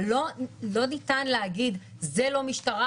אבל לא ניתן להגיד: זה לא משטרה,